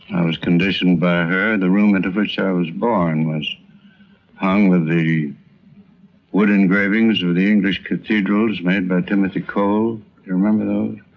was conditioned by her, the room into which i was born was hung with the wood engravings of the english cathedrals made by timothy cole. do you remember those?